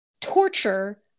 torture